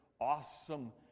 awesome